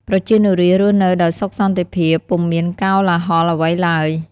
ប្រជានុរាស្រ្តរស់នៅដោយសុខសន្តិភាព ពុំមានកោលាហលអ្វីឡើយ។